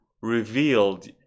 revealed